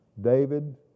David